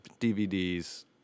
DVDs